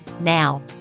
Now